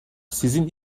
sizin